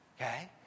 Okay